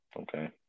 Okay